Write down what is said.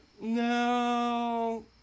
no